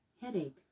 headache